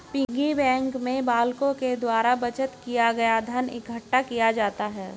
piggy bank में बालकों के द्वारा बचत किया गया धन इकट्ठा किया जाता है